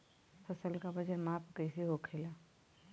फसल का वजन माप कैसे होखेला?